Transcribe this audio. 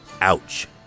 Ouch